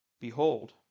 behold